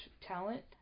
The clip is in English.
talent